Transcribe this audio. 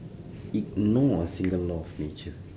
ignore a single law of nature